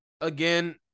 again